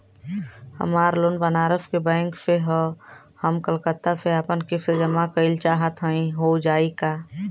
हमार लोन बनारस के बैंक से ह हम कलकत्ता से आपन किस्त जमा कइल चाहत हई हो जाई का?